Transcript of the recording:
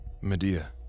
Medea